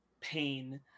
pain